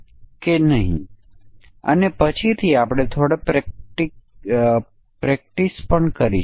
આ ફંક્શન માટે સમાનતા ક્લાસ ડિઝાઇનની રચના કરવામાં આવી છે જે 2 શબ્દમાળા લે છે